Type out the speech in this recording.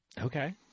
Okay